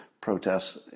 protests